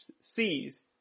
sees